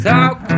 Talk